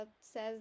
says